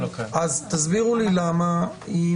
אין